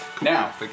Now